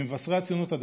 ממבשרי הציונות הדתית,